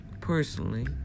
personally